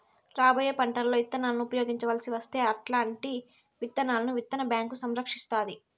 రాబోయే పంటలలో ఇత్తనాలను ఉపయోగించవలసి వస్తే అల్లాంటి విత్తనాలను విత్తన బ్యాంకు సంరక్షిస్తాది